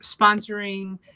sponsoring